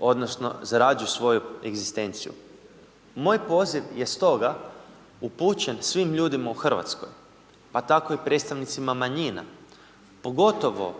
odnosno zarađuju svoju egzistenciju. Moj poziv je stoga upućen svim ljudima u Hrvatskoj pa tako i predstavnicima manjina pogotovo